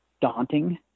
daunting